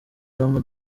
roma